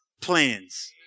plans